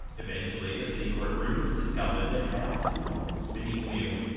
eventually a secret room was discovered that housed an old spinning wheel.